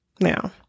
Now